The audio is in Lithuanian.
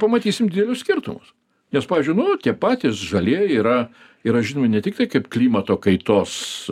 pamatysim didelius skirtumus nes pavyzdžiui nu tie patys žalieji yra yra žinomi ne tiktai kaip klimato kaitos